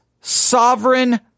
sovereign